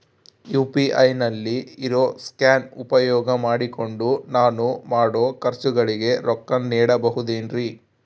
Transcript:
UPI ನಲ್ಲಿ ಇರೋ scan ಉಪಯೋಗ ಮಾಡಿಕೊಂಡು ನಾನು ಮಾಡೋ ಖರ್ಚುಗಳಿಗೆ ರೊಕ್ಕ ನೇಡಬಹುದೇನ್ರಿ?